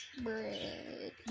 bread